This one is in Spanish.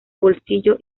bolsillo